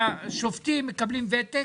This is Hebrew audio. שהשופטים מקבלים ותק